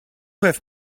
have